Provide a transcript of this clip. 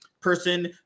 Person